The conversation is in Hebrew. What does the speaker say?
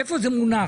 איפה זה מונח,